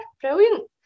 brilliant